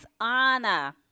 Anna